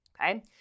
Okay